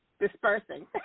dispersing